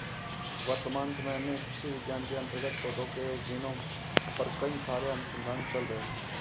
वर्तमान समय में कृषि विज्ञान के अंतर्गत पौधों के जीनोम पर कई सारे अनुसंधान चल रहे हैं